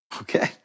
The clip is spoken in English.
Okay